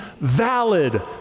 valid